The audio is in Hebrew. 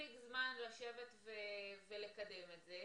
מספיק זמן לשבת ולקדם את זה.